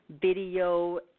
video